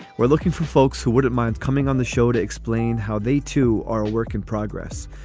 we're looking for folks who wouldn't mind coming on the show to explain how they too are a work in progress.